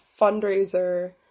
fundraiser